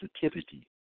sensitivity